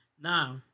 Now